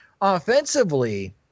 Offensively